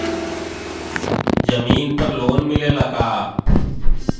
जमीन पर लोन मिलेला का?